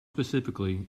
specifically